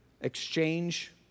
exchange